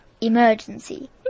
emergency